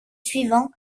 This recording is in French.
suivant